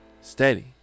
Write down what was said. steady